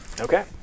Okay